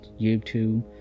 youtube